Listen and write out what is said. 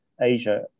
Asia